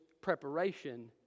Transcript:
preparation